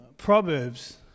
Proverbs